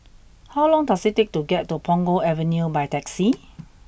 how long does it take to get to Punggol Avenue by taxi